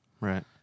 Right